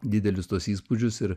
didelius tuos įspūdžius ir